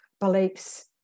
beliefs